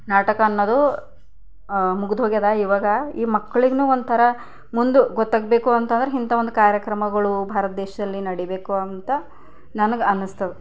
ನಾಟಕ ಅನ್ನೋದು ಮುಗ್ದೋಗ್ಯದಾ ಇವಾಗ ಈ ಮಕ್ಕಳಿನ್ನೂ ಒಂಥರ ಮುಂದೆ ಗೊತ್ತಾಗ್ಬೇಕು ಅಂತಂದ್ರೆ ಇಂಥ ಒಂದು ಕಾರ್ಯಕ್ರಮಗಳು ಭಾರತ ದೇಶದಲ್ಲಿ ನಡೀಬೇಕು ಅಂತ ನನಗೆ ಅನ್ನಿಸ್ತದೆ